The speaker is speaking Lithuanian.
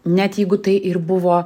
net jeigu tai ir buvo